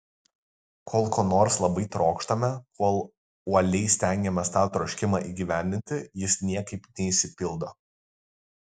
kol ko nors labai trokštame kol uoliai stengiamės tą troškimą įgyvendinti jis niekaip neišsipildo